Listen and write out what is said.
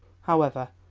however,